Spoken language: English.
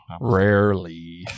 Rarely